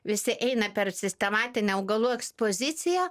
visi eina per sistematinę augalų ekspoziciją